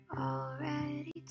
Already